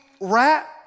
rat